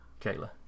Kayla